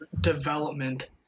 development